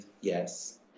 yes